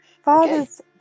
Father's